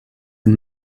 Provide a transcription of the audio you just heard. and